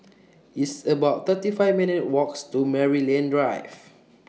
It's about thirty five minutes' Walks to Maryland Drive